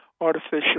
artificial